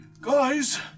Guys